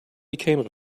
became